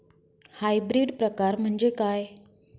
Hybrid प्रकार म्हणजे काय?